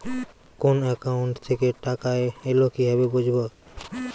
কোন একাউন্ট থেকে টাকা এল কিভাবে বুঝব?